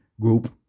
group